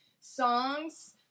songs